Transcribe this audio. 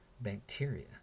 bacteria